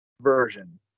version